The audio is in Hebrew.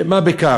של מה בכך,